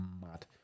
mad